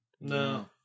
No